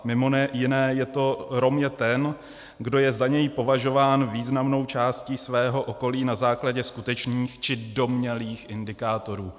Mimo jiné je to, že Rom je ten, kdo je za něj považován významnou částí svého okolí na základě skutečných čí domnělých indikátorů.